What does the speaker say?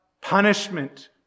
punishment